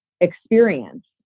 experience